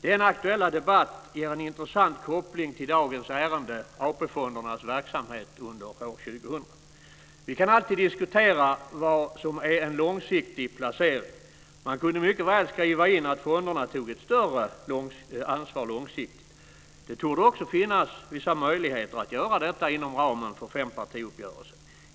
Denna aktuella debatt ger en intressant koppling till dagens ärende - AP-fondernas verksamhet under 2000. Vi kan alltid diskutera vad som är en långsiktig placering. Man kunde mycket väl skriva in att fonderna tog ett större ansvar långsiktigt. Det torde också finnas vissa möjligheter att göra detta inom ramen för fempartiuppgörelsen.